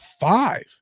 five